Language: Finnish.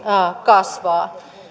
kasvaa